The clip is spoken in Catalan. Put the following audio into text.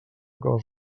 cosa